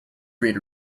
breed